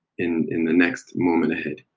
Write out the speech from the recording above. in in the next moment ahead.